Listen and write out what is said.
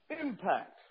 impact